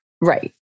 Right